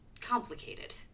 complicated